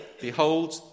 behold